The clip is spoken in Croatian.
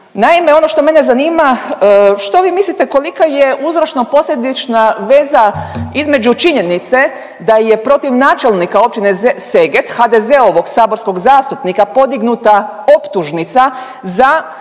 Naime, ono što mene zanima što vi mislite kolika je uzročno-posljedična veza između činjenice da je protiv načelnika općine Seget HDZ-ovog saborskog zastupnika podignuta optužnica za